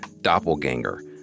doppelganger